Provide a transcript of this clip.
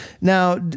Now